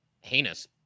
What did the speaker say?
heinous